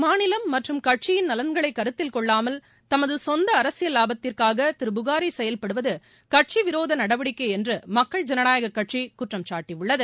மாநிலம் மற்றும் கட்சியின் நலன்களை கருத்தில் கொள்ளாமல் தமது சொந்த அரசியல் லாபத்திற்காக திரு புகாரி செயல்படுவது கட்சி விரோத நடவடிக்கை என்று மக்கள் ஜனநாயகக் கட்சி குற்றம் சாட்டியுள்ளது